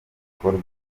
gikorwa